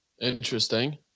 Interesting